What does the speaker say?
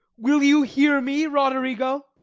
will you hear me, roderigo?